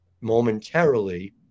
momentarily